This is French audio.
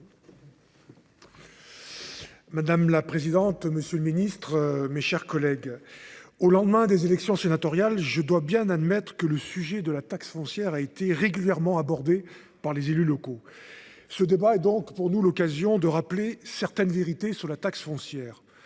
Madame la présidente, monsieur le ministre, mes chers collègues, au lendemain des élections sénatoriales, je dois bien admettre que le sujet de la taxe foncière a été régulièrement abordé par les élus locaux. Ce débat est donc pour nous l’occasion de rappeler certaines vérités sur la taxe foncière.